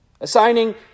Assigning